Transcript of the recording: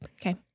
okay